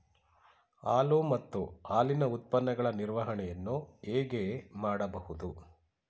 ಹಾಲು ಮತ್ತು ಹಾಲಿನ ಉತ್ಪನ್ನಗಳ ನಿರ್ವಹಣೆಯನ್ನು ಹೇಗೆ ಮಾಡಬಹುದು?